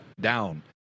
down